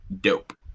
dope